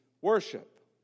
worship